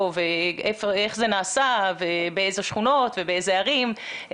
ואיך זה נעשה ובאיזה שכונות ובאיזה ערים.